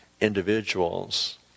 individuals